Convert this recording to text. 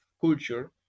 culture